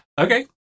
okay